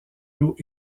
lot